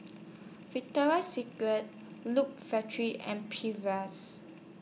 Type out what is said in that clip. Victoria Secret Loop Factory and Perrier's